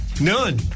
None